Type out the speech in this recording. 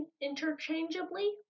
interchangeably